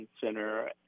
center